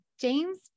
James